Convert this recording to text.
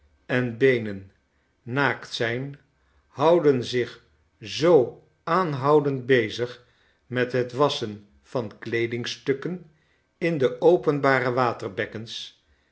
en beenen naakt zijn houden zich zoo aanhoudend bezig met het wasschen van kleedingstukken in de openbare waterbekkens